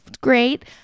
great